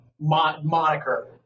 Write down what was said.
moniker